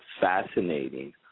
fascinating